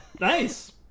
nice